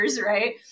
right